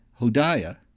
Hodiah